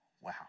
Wow